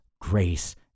grace